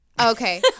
Okay